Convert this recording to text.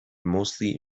mostly